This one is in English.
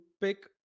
pick